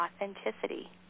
authenticity